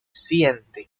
siente